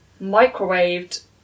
microwaved